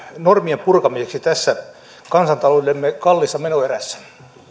normien purkamiseksi tässä kansantaloudellemme kalliissa menoerässä